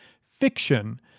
fiction